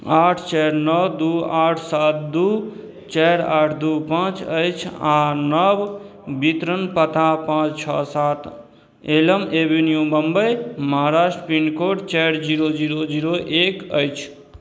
आठ चारि नओ दुइ आठ सात दुइ चारि आठ दुइ पाँच अछि आओर नव वितरण पता पाँच छओ सात एलम एवेन्यू मुम्बइ महाराष्ट्र पिनकोड चारि जीरो जीरो जीरो एक अछि